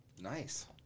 Nice